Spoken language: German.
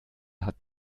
hat